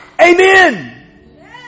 Amen